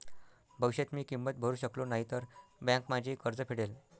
भविष्यात मी किंमत भरू शकलो नाही तर बँक माझे कर्ज फेडेल